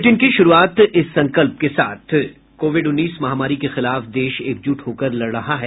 bulletin की शुरूआत इस संकल्प के साथ कोविड उन्नीस महामारी के खिलाफ देश एकजुट होकर लड़ रहा है